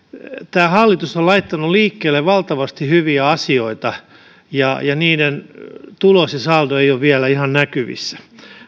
tämä hallitus on laittanut liikkeelle valtavasti hyviä asioita niiden tulos ja saldo eivät ole vielä ihan näkyvissä